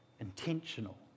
intentional